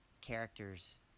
characters